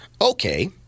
Okay